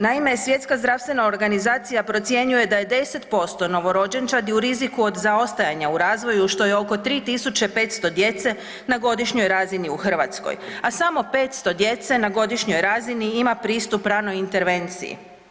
Naime, Svjetska zdravstvena organizacija procjenjuje da je 10% novorođenčadi u riziku od zaostajanja u razvoju, što je oko 3500 djece na godišnjoj razini u Hrvatskoj, a samo 500 djece na godišnjoj razini ima pristup ranoj intervenciji.